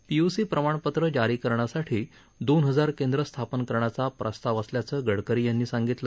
PUC प्रमाणपत्र जारी करण्यासाठी दोन हजार केंद्रं स्थापन करण्याचा प्रस्ताव असल्याचं गडकरी यांनी सांगितलं